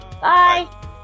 Bye